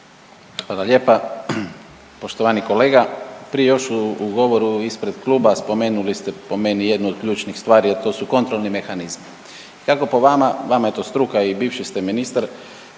Hvala lijepa. Poštovani kolega, prije još u govoru ispred kluba spomenuli ste po meni jednu od ključnih stvari, a to su kontrolni mehanizmi. Kako po vama, vama je to struka i bivši ste ministar,